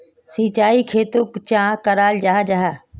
सिंचाई खेतोक चाँ कराल जाहा जाहा?